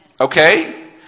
Okay